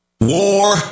War